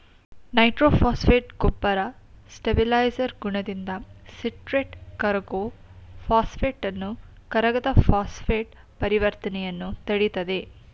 nitrophosphate ಗೊಬ್ಬರ stabiliser ಗುಣದಿಂದ citrate ಕರಗೋ ಫಾಸ್ಫೇಟನ್ನು ಕರಗದ ಫಾಸ್ಫೇಟ್ ಪರಿವರ್ತನೆಯನ್ನು ತಡಿತದೆ